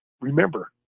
remember